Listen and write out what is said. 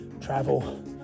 travel